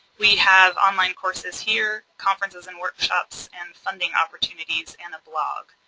we have online courses here conferences and workshops and funding opportunities and a blog.